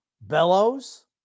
Bellows